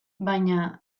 baina